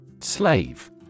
Slave